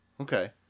Okay